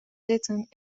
zitten